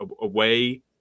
away